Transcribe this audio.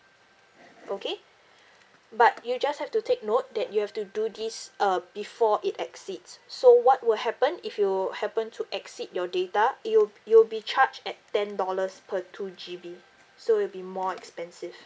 okay but you just have to take note that you have to do this uh before it exceeds so what will happen if you happen to exceed your data you'll you'll be charged at ten dollars per two G_B so it'll be more expensive